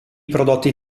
prodotti